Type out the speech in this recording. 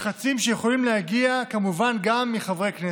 לחצים שיכולים להגיע כמובן גם מחברי כנסת.